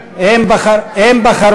אמר בעבר שהסכסוך כאן הוא מורכב ומסובך